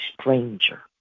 stranger